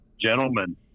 gentlemen